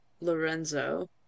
Lorenzo